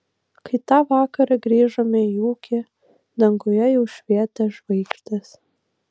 kai tą vakarą grįžome į ūkį danguje jau švietė žvaigždės